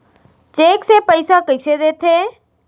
Cheque से पइसा कइसे देथे?